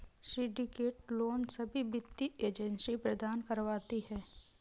syndicate loan सभी वित्तीय agency भी प्रदान करवाती है